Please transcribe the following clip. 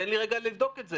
תן לי רגע לבדוק את זה.